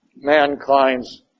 mankind's